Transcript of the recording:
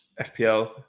FPL